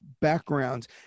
backgrounds